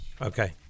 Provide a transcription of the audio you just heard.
Okay